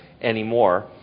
anymore